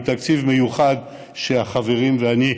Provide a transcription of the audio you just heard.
עם תקציב מיוחד שהחברים ואני הבאנו,